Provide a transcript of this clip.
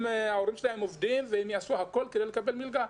ההורים שלהם עובדים ויעשו הכול כדי לקבל מלגה.